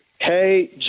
hey